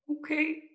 Okay